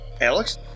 Alex